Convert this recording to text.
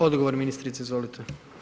Odgovor ministrice izvolite.